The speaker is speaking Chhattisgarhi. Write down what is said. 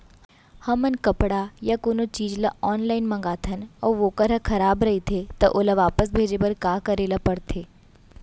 हमन कपड़ा या कोनो चीज ल ऑनलाइन मँगाथन अऊ वोकर ह खराब रहिये ता ओला वापस भेजे बर का करे ल पढ़थे?